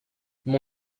mon